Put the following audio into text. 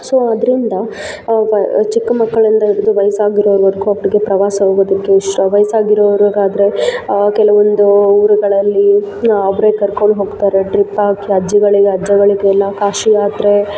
so ಅದರಿಂದ ಚಿಕ್ಕಮಕ್ಕಳಿಂದ ಹಿಡಿದು ವಯಸ್ಸಾಗಿರೋವರೆಗೂ ಅವರಿಗೆ ಪ್ರವಾಸ ಹೋಗೋದಕ್ಕೆ ಇಷ್ಟ ವಯಸ್ಸಾಗಿರೋರಿಗಾದ್ರೆ ಕೆಲವೊಂದು ಊರುಗಳಲ್ಲಿ ಅವರೇ ಕರ್ಕೊಂಡು ಹೋಗ್ತಾರೆ ಟ್ರಿಪ್ ಹಾಕಿ ಅಜ್ಜಿಗಳಿಗೆ ಅಜ್ಜಗಳಿಗೆಲ್ಲ ಕಾಶಿಯಾತ್ರೆ